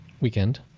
weekend